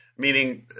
Meaning